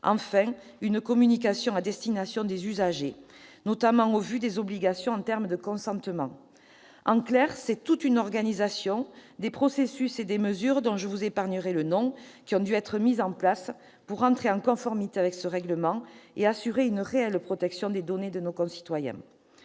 enfin, une communication à destination des usagers, notamment au vu des obligations en termes de consentement. Ainsi, c'est toute une organisation, avec des processus et des mesures dont je vous épargnerai le nom, qui a dû être mise en place pour assurer la conformité avec ce règlement et une réelle protection des données de nos concitoyens.